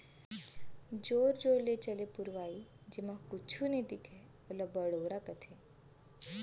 जोर जोर ल चले पुरवाई जेमा कुछु नइ दिखय ओला बड़ोरा कथें